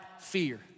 fear